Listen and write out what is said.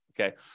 Okay